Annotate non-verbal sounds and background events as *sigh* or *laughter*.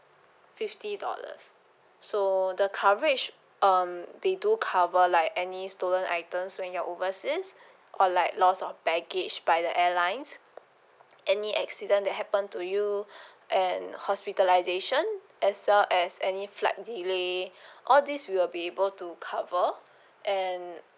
fifty dollars so the coverage um they do cover like any stolen items when you're overseas or like loss of baggage by the airlines any accident that happen to you *breath* and hospitalisation as well as any flight delay *breath* all this we will be able to cover and